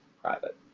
private.